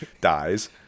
dies